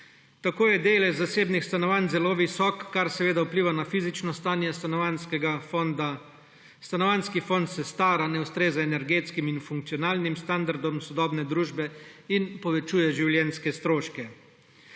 Tako je delež zasebnih stanovanj zelo visok, kar seveda vpliva na fizično stanje stanovanjskega fonda. Stanovanjski fond se stara, ne ustreza energetskim in funkcionalnim standardom sodobne družbe in povečuje življenjske stroške.